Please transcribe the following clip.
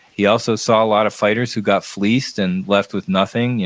he also saw a lot of fighters who got fleeced and left with nothing.